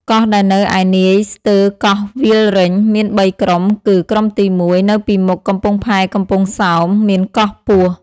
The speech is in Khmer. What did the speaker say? កោះដែលនៅឯនាយស្ទើរកោះវាលរេញ មាន ៣ ក្រុមគឺ ក្រុមទីមួយ នៅពីមុខកំពង់ផែកំពង់សោម មានកោះពស់ ។